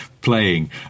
playing